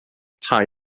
tai